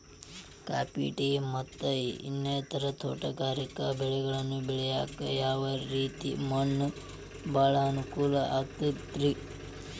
Coffee, tea, ಮತ್ತ ಇನ್ನಿತರ ತೋಟಗಾರಿಕಾ ಬೆಳೆಗಳನ್ನ ಬೆಳೆಯಾಕ ಯಾವ ರೇತಿ ಮಣ್ಣ ಭಾಳ ಅನುಕೂಲ ಆಕ್ತದ್ರಿ?